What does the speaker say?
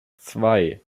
zwei